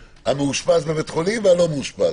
המאושפז בבית חולים והלא מאושפז.